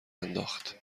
انداخت